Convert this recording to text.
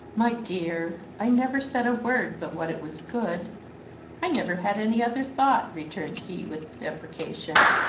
my dear, i never said a word but what it was good i never had any other thought, returned he, with deprecation.